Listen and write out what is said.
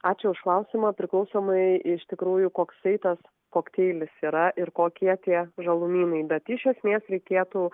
ačiū už klausimą priklausomai iš tikrųjų koksai tas kokteilis yra ir kokie tie žalumynai bet iš esmės reikėtų